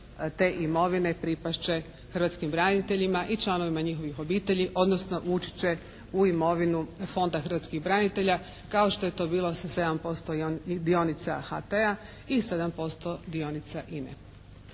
te imovine pripast će hrvatskim braniteljima i članovima njihovih obitelji, odnosno ući će u imovinu Fonda hrvatskih branitelja kao što je to bilo sa 7% dionica HT-a i 7% dionica Ine.